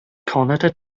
connected